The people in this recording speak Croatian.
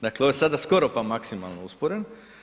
Dakle ovo je sada skoro pa maksimalno usporen.